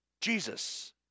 Jesus